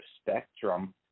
spectrum